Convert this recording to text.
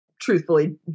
truthfully